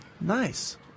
Nice